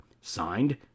Signed